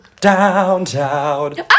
Downtown